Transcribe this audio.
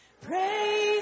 Praise